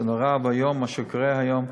זה נורא מה שקורה היום.